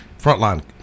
frontline